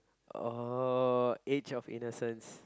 oh age of innocence